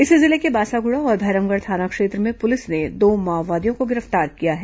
इसी जिले के बासागुड़ा और भैरमगढ़ थाना क्षेत्र में पुलिस ने दो माओवादियों को गिरफ्तार किया है